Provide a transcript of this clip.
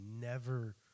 never-